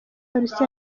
polisi